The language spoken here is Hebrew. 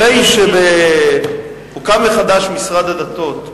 אחרי שהוקם מחדש משרד הדתות,